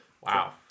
Wow